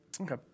Okay